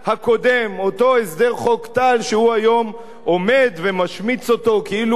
אותו הסדר חוק טל שהוא היום עומד ומשמיץ אותו כאילו מדובר